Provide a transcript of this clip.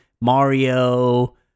Mario